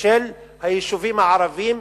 של היישובים הערביים,